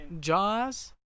Jaws